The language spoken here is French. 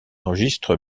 registre